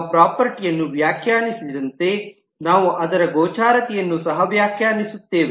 ನಾವು ಪ್ರಾಪರ್ಟೀಯನ್ನು ವ್ಯಾಖ್ಯಾನಿಸಿದಂತೆ ನಾವು ಅದರ ಗೋಚರತೆಯನ್ನು ಸಹ ವ್ಯಾಖ್ಯಾನಿಸುತ್ತೇವೆ